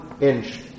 Inch